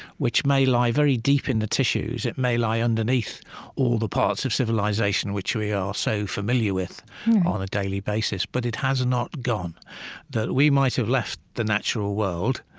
which may lie very deep in the tissues it may lie underneath all the parts of civilization which we are so familiar with on a daily basis, but it has not gone that we might have left the natural world,